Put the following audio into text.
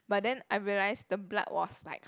but then I realise the blood was like